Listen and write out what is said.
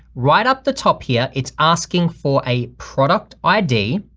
right up the top here, it's asking for a product id.